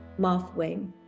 Mothwing